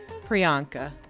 Priyanka